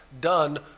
done